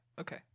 Okay